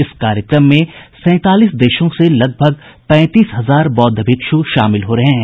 इस कार्यक्रम में सैंतालीस देशों से लगभग पैंतीस हजार बौद्ध भिक्षु शामिल हो रहे हैं